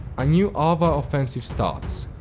a new avar offensive starts.